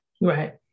Right